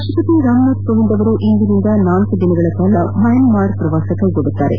ರಾಷ್ಟ ಪತಿ ರಾಮನಾಥ್ ಕೋವಿಂದ್ ಅವರು ಇಂದಿನಿಂದ ನಾಲ್ಲು ದಿನಗಳಲ ಮ್ಯಾನ್ಮಾರ್ ಪ್ರವಾಸ ಕೈಗೊಳ್ಳಲಿದ್ದಾರೆ